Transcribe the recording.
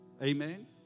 Amen